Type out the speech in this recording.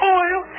oil